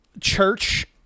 church